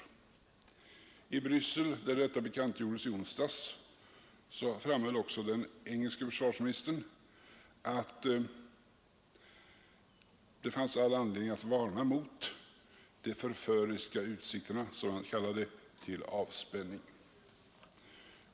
I Bryssel, där detta bekantgjordes i onsdags, framhöll också den engelske försvarsministern att det fanns all anledning varna mot de förföriska utsikterna till avspänning, som han sade.